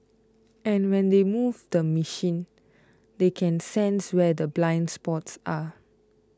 and when they move the machine they can sense where the blind spots are